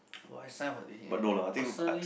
will I sign up for it personally